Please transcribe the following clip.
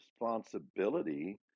responsibility